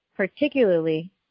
particularly